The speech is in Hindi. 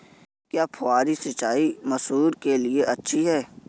क्या फुहारी सिंचाई मसूर के लिए अच्छी होती है?